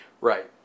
Right